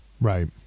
Right